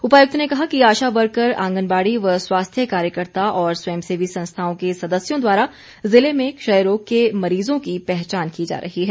उपायुक्त ने कहा कि आशा वर्कर आंगनबाड़ी व स्वास्थ्य कार्यकर्ता और स्वयं सेवी संस्थाओं के सदस्यों द्वारा ज़िले में क्षयरोग के मरीजों की पहचान की जा रही है